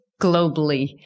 globally